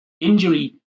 Injury